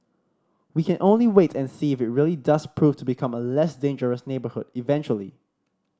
we can only wait and see if really does prove to become a less dangerous neighbourhood eventually